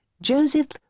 Joseph